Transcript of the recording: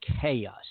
chaos